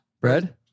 Bread